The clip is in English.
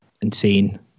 insane